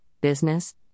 business